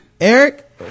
eric